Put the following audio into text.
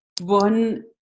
one